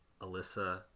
Alyssa